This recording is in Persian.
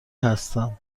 هستم